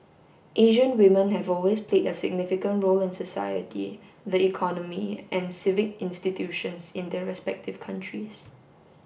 Asian women have always played a significant role in society the economy and civic institutions in their respective countries